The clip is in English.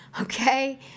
Okay